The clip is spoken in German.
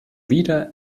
wieder